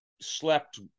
slept